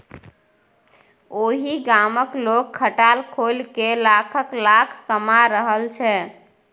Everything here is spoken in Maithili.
ओहि गामक लोग खटाल खोलिकए लाखक लाखक कमा रहल छै